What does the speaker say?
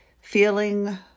feeling